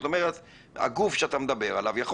זאת אומרת הגוף שאתה מדבר עליו יכול